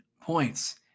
points